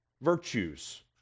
virtues